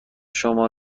شما